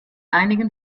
einigen